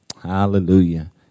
Hallelujah